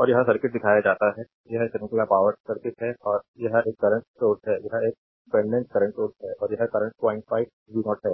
और यह सर्किट दिया जाता है यह श्रृंखला पावर सर्किट है और यह एक करंट सोर्स है यह एक डिपेंडेंट करंट सोर्स है और यह करंट 05 v0 है